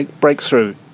breakthrough